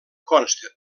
consta